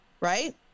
right